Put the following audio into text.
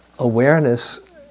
Awareness